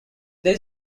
there